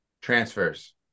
transfers